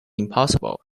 impossible